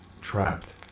Trapped